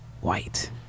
white